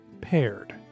Paired